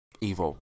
evil